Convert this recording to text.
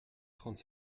trente